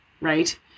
right